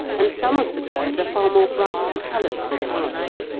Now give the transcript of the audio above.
and some of the birds are far more brightly coloured than ours.